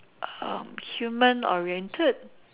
um human oriented